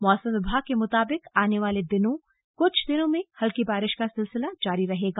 मौसम विभाग के मुताबिक आने वाले दिनों कुछ दिनों में हल्की बारिश का सिलसिला जारी रहेगा